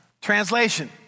Translation